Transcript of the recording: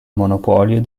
monopolio